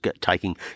taking